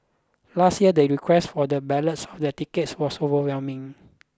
last year they request for the ballots of the tickets was overwhelming